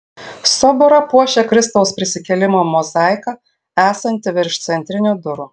soborą puošia kristaus prisikėlimo mozaika esanti virš centrinių durų